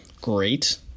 great